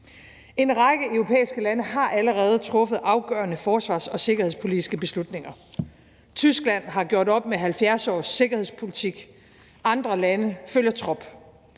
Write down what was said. En række europæiske lande har allerede truffet afgørende forsvars- og sikkerhedspolitiske beslutninger. Tyskland har gjort op med 70 års sikkerhedspolitik. Andre lande følger trop.